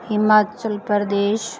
Himachal Pradesh